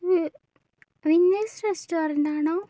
ഇത് വിഘ്നേഷ് റെസ്റ്റോറെൻ്റാണോ